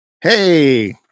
Hey